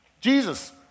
Jesus